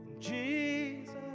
Jesus